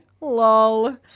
lol